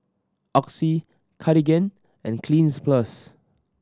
Oxy Cartigain and Cleanz Plus